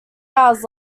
hours